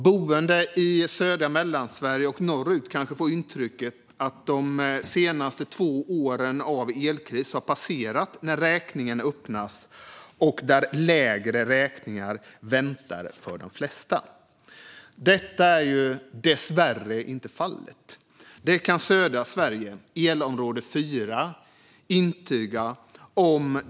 Boende i södra Mellansverige och norrut kanske när räkningen öppnas får intrycket av att de senaste två åren av elkris har passerat, för där väntar lägre räkningar för de flesta. Men detta är dessvärre inte fallet. Det kan södra Sverige, elområde 4, intyga om.